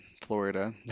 Florida